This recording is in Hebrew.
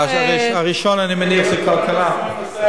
הראשון, אני מניח, זה כבר קרה.